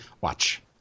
Watch